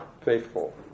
faithful